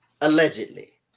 Allegedly